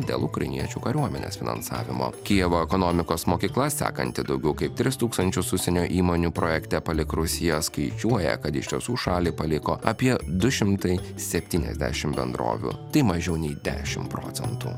dėl ukrainiečių kariuomenės finansavimo kijevo ekonomikos mokykla sekanti daugiau kaip tris tūkstančius užsienio įmonių projekte palik rūsyje skaičiuoja kad iš tiesų šalį paliko apie du šimtai septyniasdešim bendrovių tai mažiau nei dešim procentų